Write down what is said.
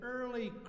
early